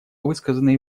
высказанные